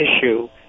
issue